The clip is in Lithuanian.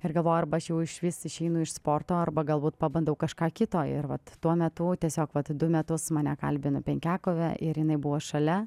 ir galvoju arba aš jau išvis išeinu iš sporto arba galbūt pabandau kažką kito ir vat tuo metu tiesiog vat du metus mane kalbino penkiakovę ir jinai buvo šalia